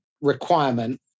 requirement